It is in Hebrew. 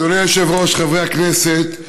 אדוני היושב-ראש, חברי הכנסת,